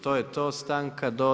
To je to, stanka do